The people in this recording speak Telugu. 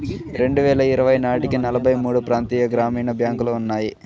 రెండువేల ఇరవై నాటికి నలభై మూడు ప్రాంతీయ గ్రామీణ బ్యాంకులు ఉన్నాయి